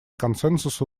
консенсусу